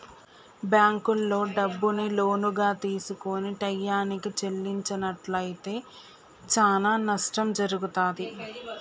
బ్యేంకుల్లో డబ్బుని లోనుగా తీసుకొని టైయ్యానికి చెల్లించనట్లయితే చానా నష్టం జరుగుతాది